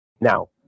now